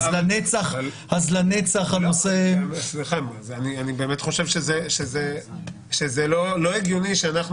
אז לנצח הנושא --- אני באמת חושב שזה לא הגיוני שאנחנו